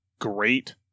great